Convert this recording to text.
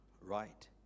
right